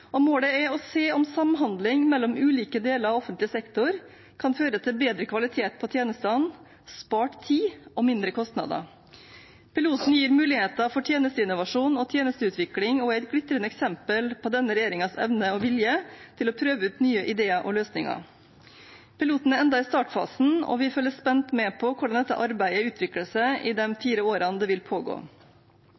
Målet er å se om samhandling mellom ulike deler av offentlig sektor kan føre til bedre kvalitet på tjenestene, spart tid og mindre kostnader. Piloten gir muligheter for tjenesteinnovasjon og tjenesteutvikling og er et glitrende eksempel på denne regjeringens evne og vilje til å prøve ut nye ideer og løsninger. Piloten er ennå i startfasen, og vi følger spent med på hvordan dette arbeidet utvikler seg i